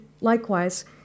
likewise